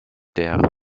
der